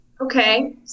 okay